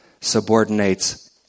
subordinates